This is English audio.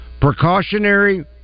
Precautionary